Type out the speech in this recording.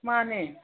ꯃꯥꯅꯦ